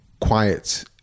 quiet